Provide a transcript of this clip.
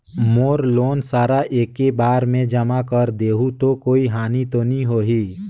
मोर loan सारा एकी बार मे जमा कर देहु तो कोई हानि तो नी होही?